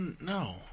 no